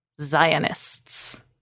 Zionists